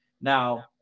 Now